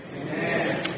Amen